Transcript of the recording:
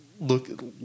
look